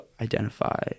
identify-